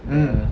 mm